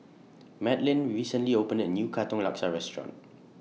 Madlyn recently opened A New Katong Laksa Restaurant